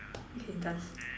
okay done